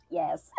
yes